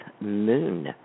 Moon